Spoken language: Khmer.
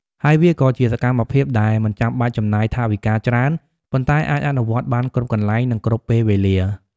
ហើយវាក៏ជាសកម្មភាពដែលមិនចាំបាច់ចំណាយថវិកាច្រើន ប៉ុន្តែអាចអនុវត្តបានគ្រប់កន្លែង និងគ្រប់ពេលវេលា។